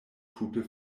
tute